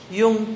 yung